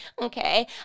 Okay